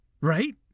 Right